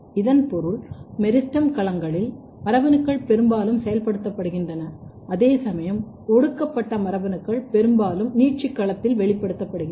இதன் பொருள் மெரிஸ்டெம் களங்களில் மரபணுக்கள் பெரும்பாலும் செயல்படுத்தப்படுகின்றன அதேசமயம் ஒடுக்கப்பட்ட மரபணுக்கள் பெரும்பாலும் நீட்சி களத்தில் வெளிப்படுத்தப்படுகின்றன